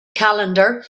calendar